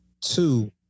two